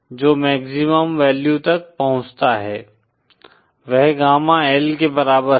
जो maximum value तक पहुंचता है वह गामा L के बराबर है